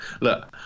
Look